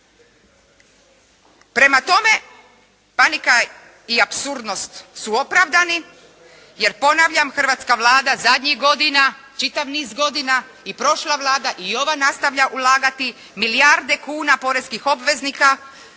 Prema tome, panika i apsurdnost su opravdani jer ponavljam hrvatska Vlada zadnjih godina čitav niz godina i prošla Vlada i ova nastavlja ulagati milijarde kuna poreskih obveznika